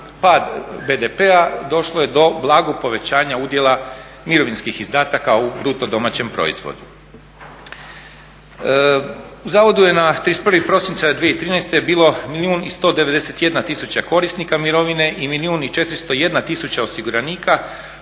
pad BDP-a došlo je do blagog povećanja udjela mirovinskih izdataka u bruto domaćem proizvodu. U zavodu je na 31.12.2013. bilo milijun i 191 tisuća korisnika mirovine i milijun i 401 tisuća osiguranika